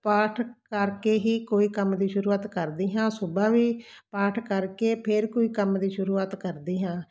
ਪਾਠ ਕਰਕੇ ਹੀ ਕੋਈ ਕੰਮ ਦੀ ਸ਼ੁਰੂਆਤ ਕਰਦੀ ਹਾਂ ਸੁਬਹਾ ਵੀ ਪਾਠ ਕਰਕੇ ਫਿਰ ਕੋਈ ਕੰਮ ਦੀ ਸ਼ੁਰੂਆਤ ਕਰਦੀ ਹਾਂ